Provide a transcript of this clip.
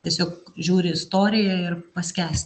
tiesiog žiūri istoriją ir paskęsti